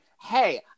hey